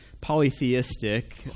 polytheistic